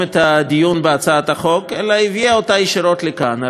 את הדיון בהצעת החוק אלא הביאה אותה ישירות לכאן.